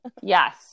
Yes